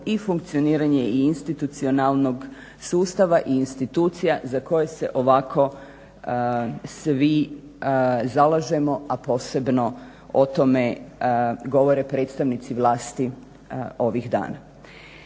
i funkcioniranje i institucionalnog sustava i institucija za koje se ovako svi zalažemo, a posebno o tome govore predstavnici vlasti ovih dana.